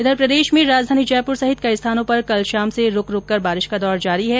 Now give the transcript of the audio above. इधर प्रदेश में राजधानी जयपुर सहित कई स्थानों पर कल शाम से रूक रूक कर बारिश का दौर जारी है